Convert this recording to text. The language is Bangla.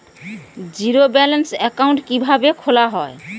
জিরো ব্যালেন্স একাউন্ট কিভাবে খোলা হয়?